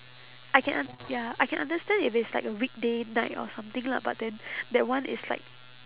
I can un~ ya I can understand if it's like a weekday night or something lah but then that one is like